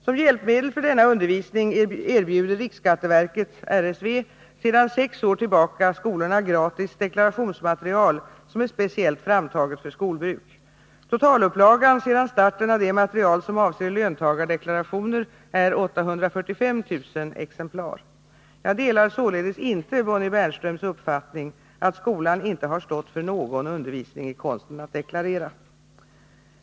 Som hjälpmedel för denna undervisning erbjuder riksskatteverket sedan sex år tillbaka skolorna gratis deklarationsmaterial, som är speciellt framtaget för skolbruk. Totalupplagan sedan starten av det material som avser löntagardeklarationer är 845 000 exemplar. Jag delar således inte Bonnie Bernströms uppfattning att skolan inte har stått för någon undervisning i konsten att deklarera.